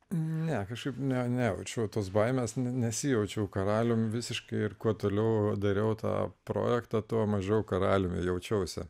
ne kažkaip ne nejaučiau tos baimės nes nesijaučiau karaliumi visiškai ir kuo toliau dariau tą projektą tuo mažiau karaliumi jaučiausi